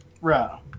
Right